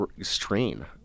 Strain